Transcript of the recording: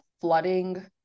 flooding